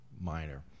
minor